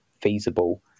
feasible